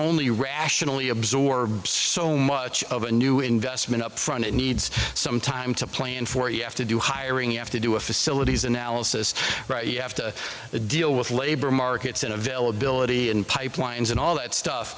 only rationally absorb so much of a new investment up front it needs some time to plan for you have to do hiring you have to do a facilities analysis right you have to deal with labor markets and availability and pipelines and all that stuff